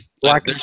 Black